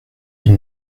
ils